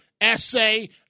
essay